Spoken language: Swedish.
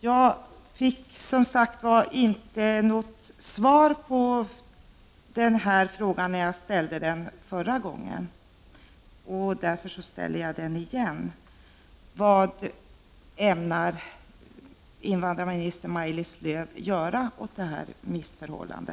Jag fick inte något svar på denna fråga när jag ställde den förra gången, och därför ställer jag den igen: Vad ämnar invandrarminister Maj-Lis Lööw göra åt detta missförhållande?